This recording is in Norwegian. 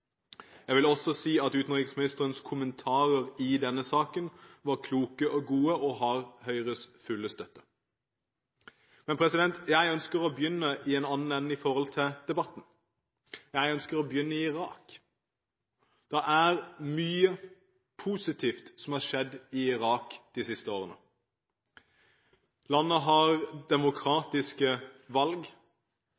Jeg vil også si at utenriksministerens kommentarer i denne saken var kloke og gode og har Høyres fulle støtte. Men jeg ønsker å begynne i en annen ende når det gjelder debatten. Jeg ønsker å begynne i Irak. Det er mye positivt som har skjedd i Irak de siste årene. Landet har